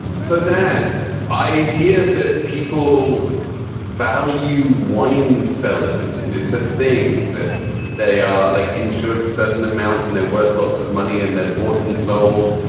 so then i hear that people value wine cellars it's a thing that they um like ensured for certain amounts and they're worth lots of money and they're bought and sold.